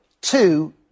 two